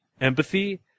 empathy